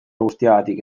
guztiagatik